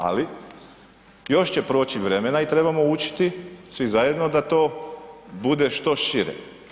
Ali još će proći vremena i trebamo učiti svi zajedno da to bude što šire.